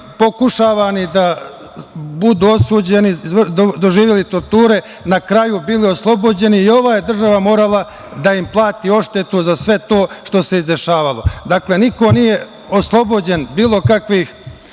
da budu osuđeni, doživeli torture, na kraju bili oslobođeni i ova je država morala da im plati odštetu za sve to što se iz dešavalo. Dakle, niko nije oslobođen bilo kakvih